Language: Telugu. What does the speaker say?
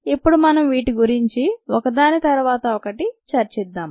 ఇప్పుడు మనం వీటి గురించి ఒకదాని తర్వాత ఒకటి చర్చిద్దాం